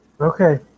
Okay